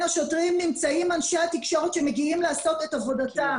השוטרים נמצאים אנשי התקשורת שמגיעים לעשות את עבודתם,